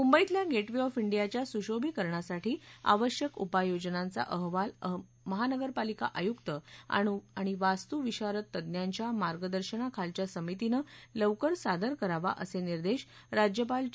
मुंबईतल्या gateway of डियाच्या सुशोभिकरणासाठी आवश्यक उपाययोजनांचा अहवाल महानगरपालिका आयुक्त आणि वास्तुविशारद तज्ञांच्या मार्गदर्शनाखालच्या समितीनं लवकर सादर करावा असे निर्देश राज्यपाल चे